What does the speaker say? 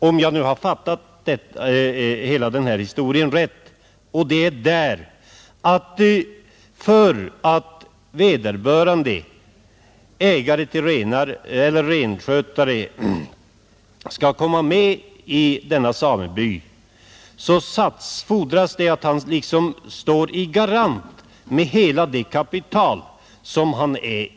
Om jag har fattat saken rätt finns det emellertid där en skillnad, nämligen den att renägare eller renskötare för att komma med i samebyn måste stå som garant med hela sitt kapital.